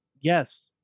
Yes